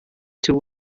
two